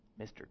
Mr